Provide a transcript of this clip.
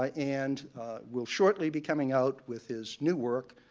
ah and will shortly be coming out with his new work,